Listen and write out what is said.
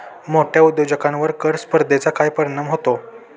मोठ्या उद्योजकांवर कर स्पर्धेचा काय परिणाम होतो?